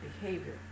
behavior